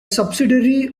subsidiary